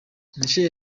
michelle